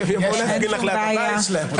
שיבואו להפגין ליד הבית שלך.